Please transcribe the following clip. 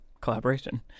collaboration